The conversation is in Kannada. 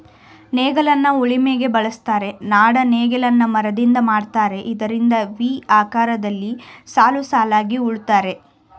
ನೇಗಿಲನ್ನ ಉಳಿಮೆಗೆ ಬಳುಸ್ತರೆ, ನಾಡ ನೇಗಿಲನ್ನ ಮರದಿಂದ ಮಾಡಿರ್ತರೆ ಇದರಿಂದ ವಿ ಆಕಾರದಲ್ಲಿ ಸಾಲುಸಾಲಾಗಿ ಉಳುತ್ತರೆ